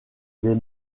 des